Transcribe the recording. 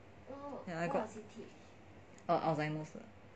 ya I got oh alzheimers